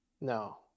No